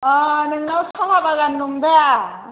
नोंनाव साहा बागान दंदा